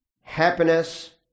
Happiness